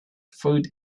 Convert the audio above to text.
food